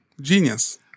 genius